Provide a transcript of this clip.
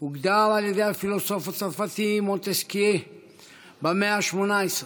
הוגדר על ידי הפילוסוף הצרפתי מונטסקיה במאה ה-18,